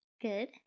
Good